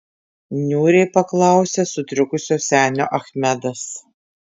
niūriai paklausė sutrikusio senio achmedas